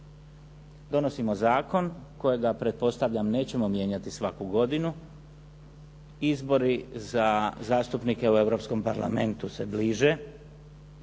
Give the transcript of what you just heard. Donosimo zakon kojega pretpostavljam nećemo mijenjati svaku godinu. Izbori za zastupnike u Europskom parlamentu se bliže,